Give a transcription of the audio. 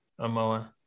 Amoa